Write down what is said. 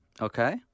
Okay